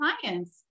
clients